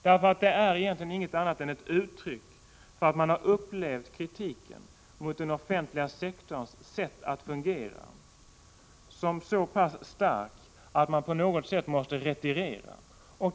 Egentligen är det ingenting annat än ett uttryck för att man har upplevt kritiken mot den offentliga sektorns sätt att fungera som så pass stark att man på något sätt måste retirera.